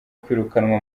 kwirukanwa